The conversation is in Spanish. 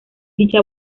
dicha